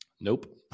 nope